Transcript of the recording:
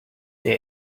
der